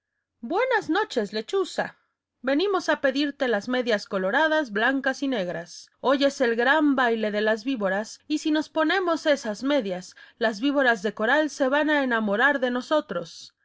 buenas noches lechuza venimos a pedirte las medias coloradas blancas y negras hoy es el gran baile de las víboras y si nos ponemos esas medias las víboras de coral se van a enamorar de nosotros